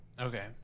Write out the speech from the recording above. Okay